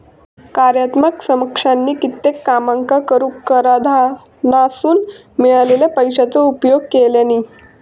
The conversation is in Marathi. कार्यात्मक समकक्षानी कित्येक कामांका करूक कराधानासून मिळालेल्या पैशाचो उपयोग केल्यानी